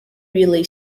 relay